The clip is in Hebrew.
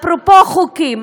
אפרופו חוקים,